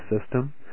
system